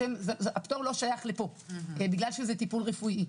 הפטור לא שייך לפה בגלל שזה טיפול רפואי,